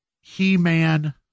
He-Man